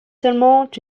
seulement